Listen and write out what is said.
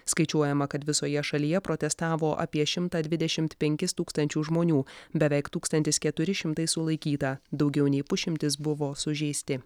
skaičiuojama kad visoje šalyje protestavo apie šimtą dvidešimt penkis tūkstančius žmonių beveik tūkstantis keturi šimtai sulaikyta daugiau nei pusšimtis buvo sužeisti